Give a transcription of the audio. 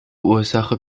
ursache